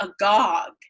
agog